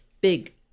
big